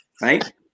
right